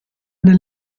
nel